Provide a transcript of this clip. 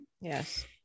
Yes